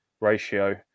ratio